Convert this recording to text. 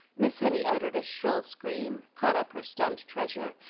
miss henny uttered a shrill scream, caught up her stunned treasure,